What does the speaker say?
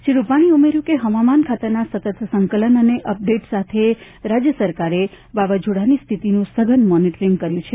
શ્રી રૂપાણીએ ઉમેર્યૂં કે હવામાન ખાતાના સતત સંકલન અને અપડેટ સાથે રાજ્ય સરકારે વાવાઝોડાની સ્થિતિનું સઘન મોનીટરીંગ કર્યું છે